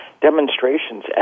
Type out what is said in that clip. demonstrations